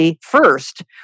first